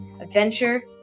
adventure